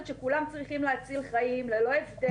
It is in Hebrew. שכולם צריכים להציל חיים ללא הבדל,